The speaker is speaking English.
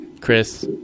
Chris